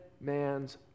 man's